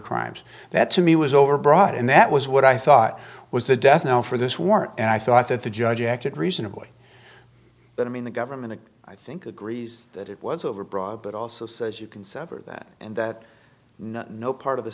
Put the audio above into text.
crimes that to me was overbroad and that was what i thought was the death knell for this warrant and i thought that the judge acted reasonably but i mean the government i think agrees that it was over broad but also says you can sever that and that no part of the